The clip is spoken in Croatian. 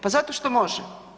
Pa zato što može.